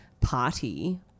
party